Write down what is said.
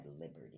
liberty